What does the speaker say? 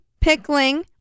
pickling